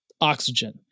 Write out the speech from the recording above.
oxygen